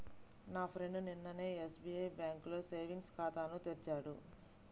నా ఫ్రెండు నిన్ననే ఎస్బిఐ బ్యేంకులో సేవింగ్స్ ఖాతాను తెరిచాడు